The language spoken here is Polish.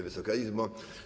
Wysoka Izbo!